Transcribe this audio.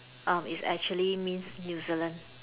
oh it's actually means New Zealand